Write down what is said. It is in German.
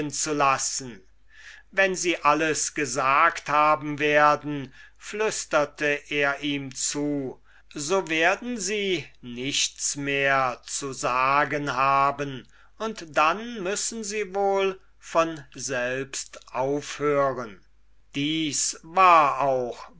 lassen wenn sie alles gesagt haben werden flüsterte er ihm zu so werden sie nichts mehr zu sagen haben und dann müssen sie wohl von selbst aufhören dies war auch